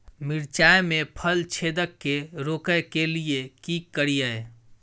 मिर्चाय मे फल छेदक के रोकय के लिये की करियै?